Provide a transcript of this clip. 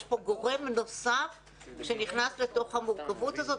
יש פה גורם נוסף שנכנס לתוך המורכבות הזאת.